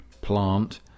plant